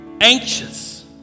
anxious